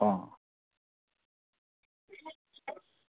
हां